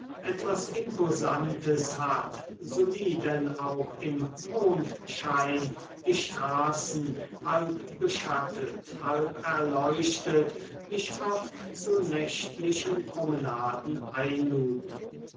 etwas imposantes hat so wie denn auch im mondschein die straßen halb beschattet halb erleuchtet mich oft zu nächtlichen promenaden einluden